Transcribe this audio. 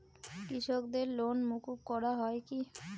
কৃষকদের লোন মুকুব করা হয় কি?